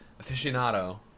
aficionado